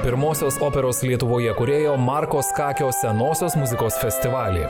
pirmosios operos lietuvoje kūrėjo marko skakio senosios muzikos festivalį